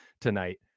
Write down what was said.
tonight